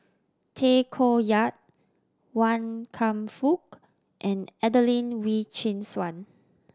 Tay Koh Yat Wan Kam Fook and Adelene Wee Chin Suan